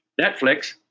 Netflix